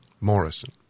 Morrison